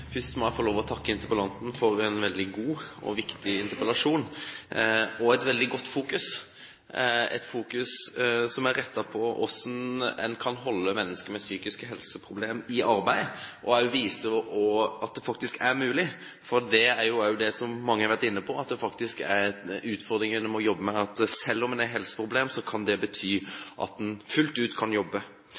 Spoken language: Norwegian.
takke interpellanten for en god og viktig interpellasjon, med veldig god fokusering på hvordan en kan holde mennesker med psykiske helseproblemer i arbeid, og vise at det er mulig. Som mange har vært inne på, er dette en utfordring en må jobbe med. Det at en har helseproblemer, kan bety at en fullt ut kan jobbe.